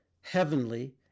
heavenly